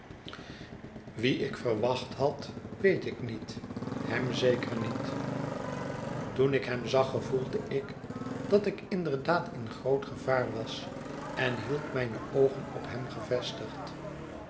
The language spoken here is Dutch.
ik verwacht had weet ik niet hem zeker niet toen ik hem zag gevoelde ik dat ik inderdaad in groot gevaar was en hield mijne oogen op hem gevestigd